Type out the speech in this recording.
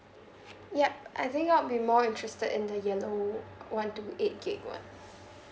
yup I think I'd be more interested in the yellow one two eight gigabyte [one]